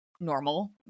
normal